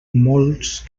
molts